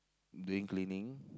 doing cleaning